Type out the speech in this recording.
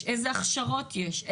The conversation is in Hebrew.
יש איזה הכשרות יש.